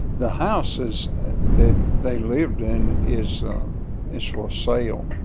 the house is that they lived in is is for sale.